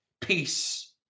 peace